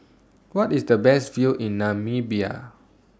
What IS The Best View in Namibia